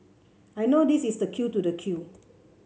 I know this is the queue to the queue